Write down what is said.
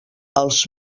els